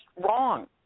wrong